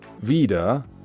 wieder